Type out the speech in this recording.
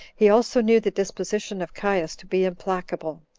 he also knew the disposition of caius to be implacable,